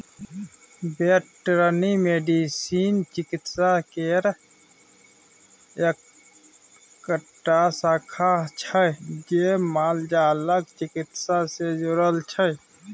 veterinary medicine चिकित्सा केर एकटा शाखा छै जे मालजालक चिकित्सा सँ जुरल छै